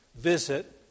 visit